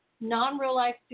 non-real-life